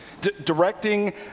directing